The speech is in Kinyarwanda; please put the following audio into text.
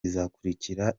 izakurikira